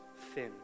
thin